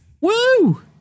Woo